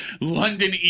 London